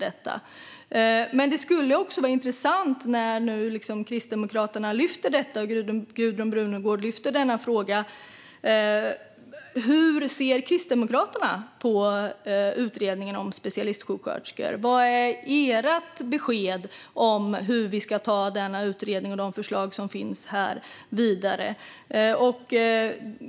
Det skulle också vara intressant när Gudrun Brunegård nu lyfter upp frågan att höra hur Kristdemokraterna ser på utredningen om specialistsjuksköterskor. Vad är ert besked om hur vi ska ta denna utredning och de förslag som finns här vidare?